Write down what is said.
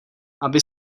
aby